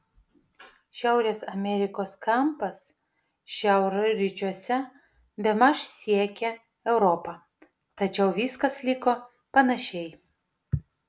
šiaurės amerikos kampas šiaurryčiuose bemaž siekė europą tačiau viskas liko panašiai